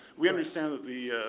we understand that the